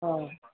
ਹਾਂ